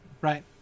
right